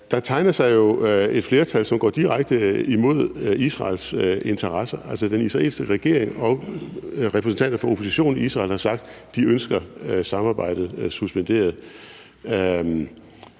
Der tegner sig jo et flertal, som går direkte imod Israels interesser. Altså, den israelske regering og repræsentanter for oppositionen i Israel har sagt, at de ønsker samarbejdet suspenderet.